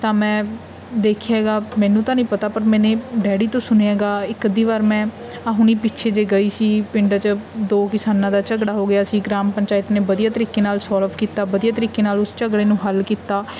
ਤਾਂ ਮੈਂ ਦੇਖਿਆ ਗਾ ਮੈਨੂੰ ਤਾਂ ਨਹੀਂ ਪਤਾ ਪਰ ਮੈਨੇ ਡੈਡੀ ਤੋਂ ਸੁਣਿਆ ਗਾ ਇੱਕ ਅੱਧੀ ਵਾਰ ਮੈਂ ਆਹ ਹੁਣੇ ਪਿੱਛੇ ਜੇ ਗਈ ਸੀ ਪਿੰਡ 'ਚ ਦੋ ਕਿਸਾਨਾਂ ਦਾ ਝਗੜਾ ਹੋ ਗਿਆ ਸੀ ਗ੍ਰਾਮ ਪੰਚਾਇਤ ਨੇ ਵਧੀਆ ਤਰੀਕੇ ਨਾਲ ਸੋਲਵ ਕੀਤਾ ਵਧੀਆ ਤਰੀਕੇ ਨਾਲ ਉਸ ਝਗੜੇ ਨੂੰ ਹੱਲ ਕੀਤਾ